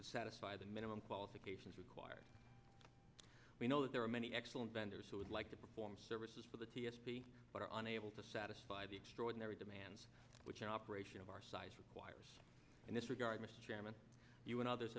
to satisfy the minimum qualifications required we know that there are many excellent vendors who would like to perform services for the t s p but are unable to satisfy the extraordinary demands which the operation of our size requires in this regard mr chairman you and others